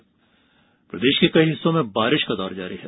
मौसम प्रदेश के कई हिस्सों में बारिश का दौर जारी है